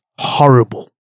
horrible